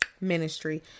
ministry